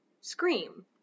scream